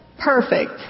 perfect